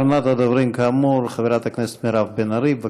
אחרונת הדוברים, כאמור, חברת הכנסת מירב בן ארי.